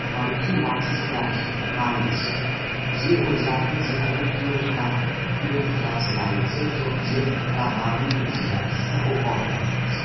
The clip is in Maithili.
आओर बड़की लाठीसँ ओकरा ही मारय छै जे ओ जाकऽ जे अगर केओ ओकरा उड़ैत कैच लए लै छै तऽ ओ जे ओकरा मारने रहय छै ओइ लाठसँ ओ आउट भए जाइ छै